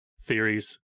theories